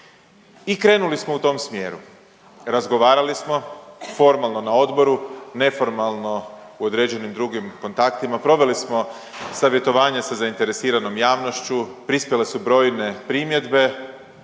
I krenuli smo u tom smjeru, razgovarali smo formalno na odboru, neformalno u određenim drugim kontaktima, proveli smo savjetovanje sa zainteresiranom javnošću, prispjele su brojne primjedbe